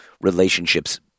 relationships